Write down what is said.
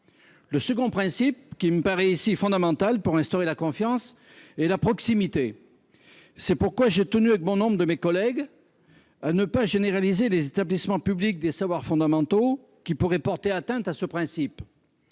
Le second principe qui me paraît fondamental pour instaurer la confiance est la proximité. C'est pourquoi j'ai tenu, avec bon nombre de mes collègues, à ce que nous ne généralisions pas l'expérimentation relative aux établissements publics des savoirs fondamentaux, qui pourraient porter atteinte à ce principe.